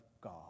God